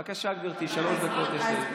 בבקשה, גברתי, שלוש דקות לרשותך.